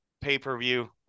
pay-per-view